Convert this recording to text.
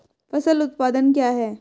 फसल उत्पादन क्या है?